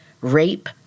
rape